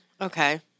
Okay